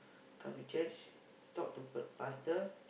come to church talk to pastor